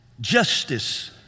justice